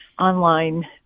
online